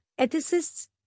ethicists